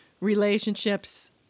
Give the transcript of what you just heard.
relationships